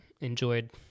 enjoyed